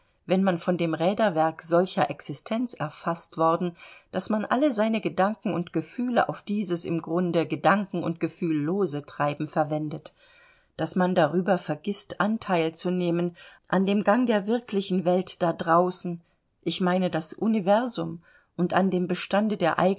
räderwerk solcher existenz erfaßt worden daß man alle seine gedanken und gefühle